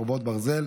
חרבות ברזל),